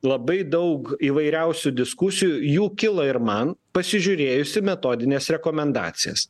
labai daug įvairiausių diskusijų jų kilo ir man pasižiūrėjus į metodines rekomendacijas